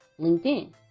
LinkedIn